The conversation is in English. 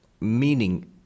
meaning